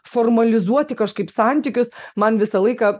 formalizuoti kažkaip santykius man visą laiką